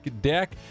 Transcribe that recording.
deck